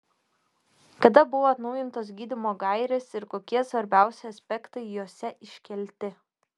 kada buvo atnaujintos gydymo gairės ir kokie svarbiausi aspektai jose iškelti